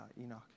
Enoch